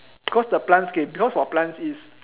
because the plants k because for plants is